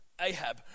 Ahab